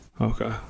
Okay